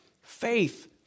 faith